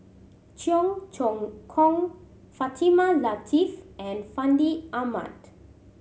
Cheong Choong Kong Fatimah Lateef and Fandi Ahmad